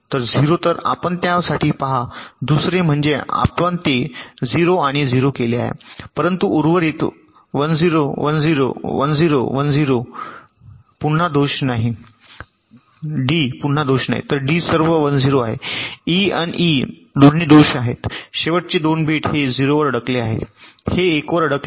0 तर आपण त्या साठी पहा दुसरे म्हणजे आपण ते 0 आणि 0 केले आहे परंतु उर्वरित 1 0 1 0 1 0 1 0 d पुन्हा दोष नाही तर डी सर्व 1 0 आहे ई इन ई दोन्ही दोष आहेत शेवटचे 2 बिट हे 0 वर अडकले आहेत हे 1 वर अडकले आहे